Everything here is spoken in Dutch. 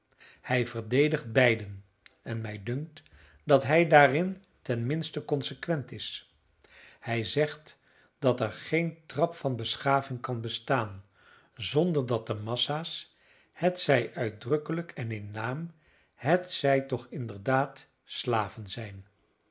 hij verdedigt beiden en mij dunkt dat hij daarin ten minste consequent is hij zegt dat er geen trap van beschaving kan bestaan zonder dat de massa's hetzij uitdrukkelijk en in naam hetzij toch inderdaad slaven zijn